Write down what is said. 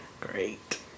Great